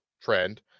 Trend